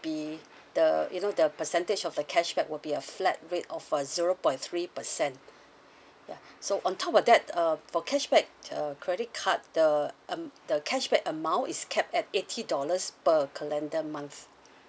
be the you know the percentage of the cashback will be a flat rate of a zero point three percent ya so on top of that uh for cashback uh credit card the um the cashback amount is capped at eighty dollars per calendar month